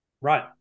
Right